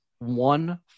One